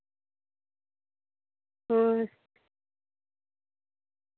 ᱦᱩᱸ